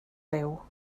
liw